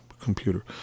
computer